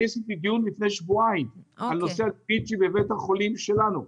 אני עשיתי דיון לפני שבועיים על הנושא בבית החולים שלנו.